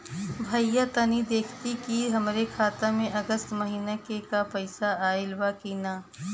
भईया तनि देखती की हमरे खाता मे अगस्त महीना में क पैसा आईल बा की ना?